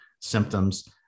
Symptoms